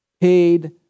paid